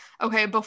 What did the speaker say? okay